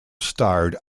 starred